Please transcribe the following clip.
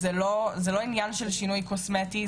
זה לא עניין של שינוי קוסמטי,